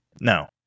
No